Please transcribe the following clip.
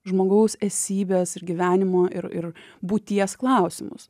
žmogaus esybės ir gyvenimo ir ir būties klausimus